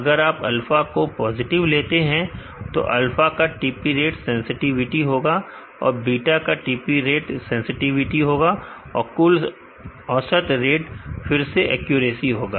अगर आप अल्फा को पॉजिटिव लेते हैं तो अल्फा का TP रेट सेंसटिविटी होगा और बेटा का TP रेट सेंसटिविटी होगा और कुल औसत रेट फिर से एक्यूरेसी होगा